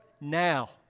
now